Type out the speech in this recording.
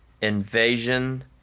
Invasion